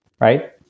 right